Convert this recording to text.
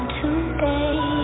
today